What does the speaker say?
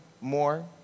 more